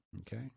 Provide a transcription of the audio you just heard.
Okay